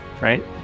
right